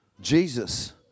Jesus